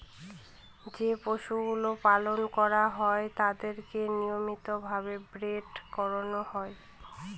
যে পশুগুলো পালন করা হয় তাদেরকে নিয়মিত ভাবে ব্রীড করানো হয়